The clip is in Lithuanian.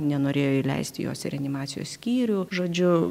nenorėjo įleisti jos į reanimacijos skyrių žodžiu